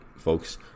folks